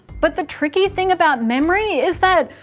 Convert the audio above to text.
but the tricky thing about memory is that,